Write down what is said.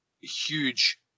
huge